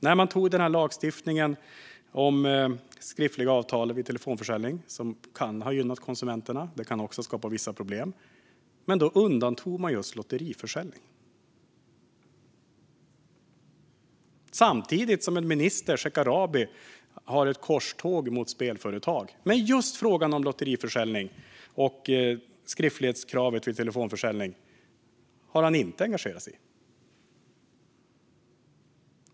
När lagstiftningen kom till om skriftliga avtal vid telefonförsäljning - som kan ha gynnat konsumenterna men som också kan ha skapat vissa problem - undantog man just lotteriförsäljning. Samtidigt driver en minister, Shekarabi, ett korståg mot spelföretag. Men just frågan om lotteriförsäljning och skriftlighetskravet vid telefonförsäljning har han inte engagerat sig i.